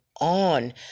on